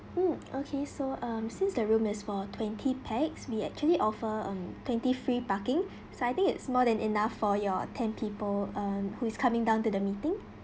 mm okay so um since the room is for twenty pax we actually offer um twenty free parking so I think is more than enough for your ten people uh who is coming down to the meeting